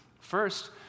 First